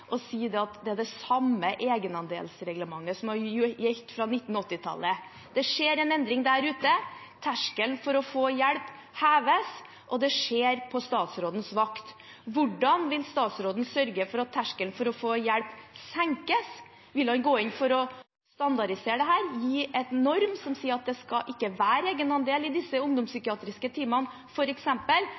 og sier at det er det samme egenandelsreglementet som har gjeldt fra 1980-tallet. Det skjer en endring der ute, terskelen for å få hjelp heves, og det skjer på statsrådens vakt. Hvordan vil statsråden sørge for at terskelen for å få hjelp senkes? Vil han gå inn for å standardisere dette, gi en norm som sier at det ikke skal være egenandel i disse ungdomspsykiatriske